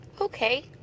Okay